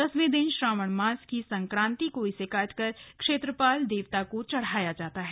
दसवे दिन श्रावण मास की संक्रांति को इसे काटकर क्षेत्रपाल देवता को चढ़ाया जाता है